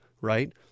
Right